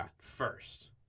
First